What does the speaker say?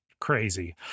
crazy